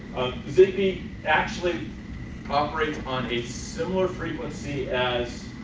zigbee actually operates on a similar frequency as